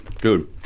dude